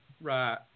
Right